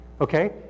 Okay